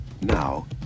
Now